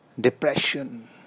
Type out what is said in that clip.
depression